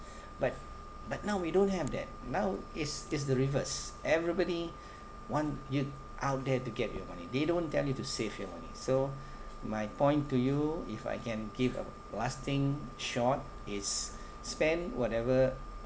but but now we don't have that now it's it's the reverse everybody want you out there to get your money they don't tell you to save your money so my point to you if I can give a last thing short is spend whatever